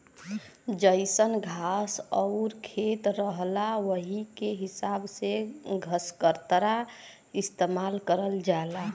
जइसन घास आउर खेत रहला वही के हिसाब से घसकतरा इस्तेमाल करल जाला